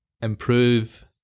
improve